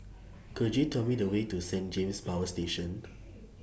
Could YOU Tell Me The Way to Saint James Power Station